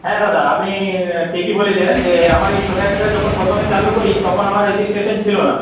হ্যাঁ দাদা আপনি ঠিকই বলেছেন যে আমার এই সোসাইটিটা যখন প্রথমে চালু করি তখন আমার রেজিস্ট্রেশন ছিল না